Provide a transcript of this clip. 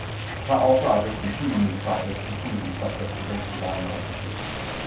but all projects including these projects continue to be subject to rate design modifications.